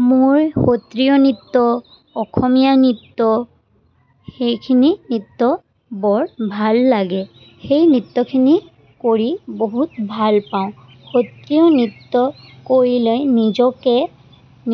মোৰ সত্ৰীয়া নৃত্য অসমীয়া নৃত্য সেইখিনি নৃত্য বৰ ভাল লাগে সেই নৃত্যখিনি কৰি বহুত ভাল পাওঁ সত্ৰীয়া নৃত্য কৰি লৈ নিজকে